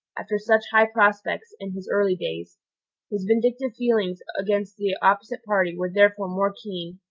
after such high prospects in his early days his vindictive feelings against the opposite party were therefore more keen,